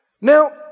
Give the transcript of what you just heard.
Now